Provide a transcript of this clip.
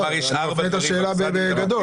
אני שואל את השאלה בגדול.